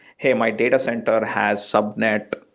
hey, my data center has subnet,